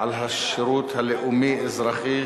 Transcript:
על השירות הלאומי-אזרחי,